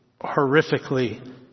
horrifically